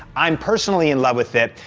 i'm personally in love with it.